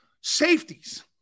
Safeties